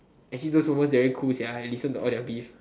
actually though sometimes they very cool sia I listen to all their beef